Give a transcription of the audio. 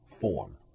form